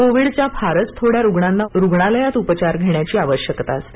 कोविडच्या फारच थोड्या रुग्णांना रुग्णालयात उपचार घेण्याची आवश्यकता असते